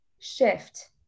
shift